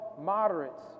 moderates